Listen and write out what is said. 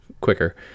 quicker